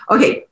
Okay